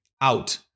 out